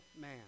man